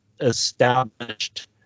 established